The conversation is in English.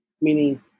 meaning